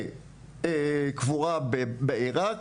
לקבורה בעירק,